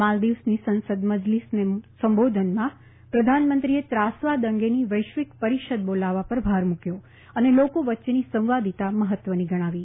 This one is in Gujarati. માલ્દીવ્સની સંસદ મજલિસને સંબોધનમાં પ્રધાનમંત્રીએ ત્રાસવાદ અંગેની વૈશ્વિક પરિષદ બોલાવવા પર ભાર મુકથો અને લોકો વચ્ચેની સંવાદીતા મહત્વની ગણાવી